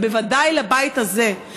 ובוודאי לבית הזה,